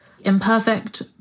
imperfect